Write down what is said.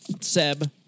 Seb